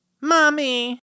Mommy